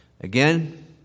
Again